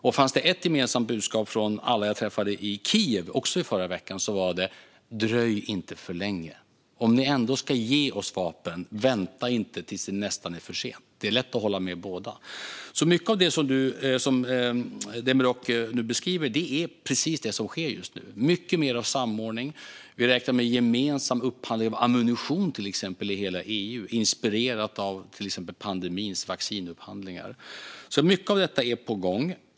Och om det fanns ett gemensamt budskap från alla jag träffade i Kiev, också i förra veckan, var det: Dröj inte för länge! Om ni ändå ska ge oss vapen - vänta inte tills det nästan är för sent! Det är lätt att hålla med om båda. Mycket av det som Demirok nu beskriver är precis det som sker just nu. Det är mycket mer av samordning. Vi räknar till exempel med en gemensam upphandling av ammunition i hela EU, bland annat inspirerad av pandemins vaccinupphandlingar. Mycket av detta är alltså på gång.